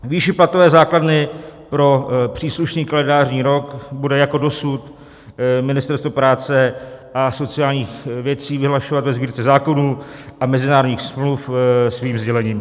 Výši platové základny pro příslušný kalendářní rok bude jako dosud Ministerstvo práce a sociálních věcí vyhlašovat ve Sbírce zákonů a mezinárodních smluv svým sdělením.